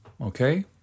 okay